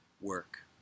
work